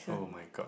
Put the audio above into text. oh-my-god